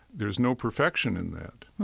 there's no perfection in that.